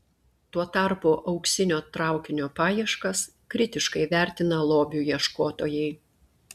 tuo tarpu auksinio traukinio paieškas kritiškai vertina lobių ieškotojai